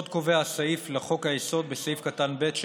עוד קובע הסעיף לחוק-היסוד בסעיף (ב) את